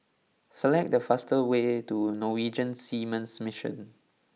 select the fastest way to Norwegian Seamen's Mission